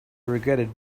regretted